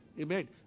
Amen